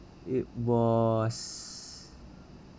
it was